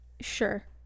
Sure